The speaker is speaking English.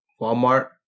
Walmart